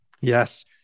Yes